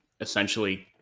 essentially